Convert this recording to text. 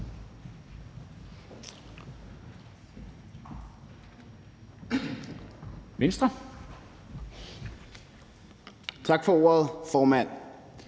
Tak for det, formand.